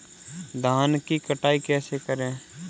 धान की कटाई कैसे करें?